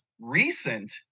recent